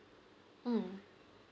mm